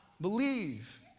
believe